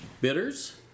bitters